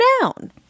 down